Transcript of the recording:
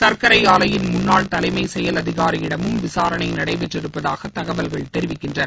சர்க்கரை ஆலையின் முன்னாள் தலைமை செயல் அதிகாரியிடமும் விசாரணை நடைபெற்றிருப்பதாக தகவல்கள் தெரிவிக்கின்றன